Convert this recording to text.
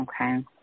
Okay